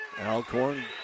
Alcorn